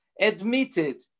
admitted